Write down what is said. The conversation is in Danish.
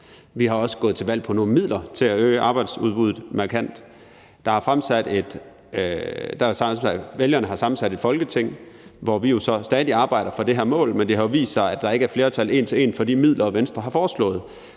Vi er også gået til valg på nogle forslag til at øge arbejdsudbuddet markant. Vælgerne har sammensat et Folketing, hvor vi jo så stadig væk samtidig arbejder for at nå det her mål, men det har vist sig, at der ikke er flertal en til en for de midler, Venstre har foreslået,